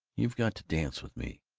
you've got to dance with me.